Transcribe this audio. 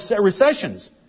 recessions